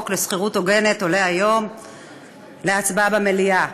לשכירות הוגנת עולה היום להצבעה במליאה.